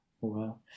Wow